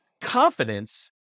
confidence